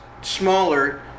smaller